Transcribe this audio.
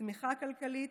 צמיחה כלכלית,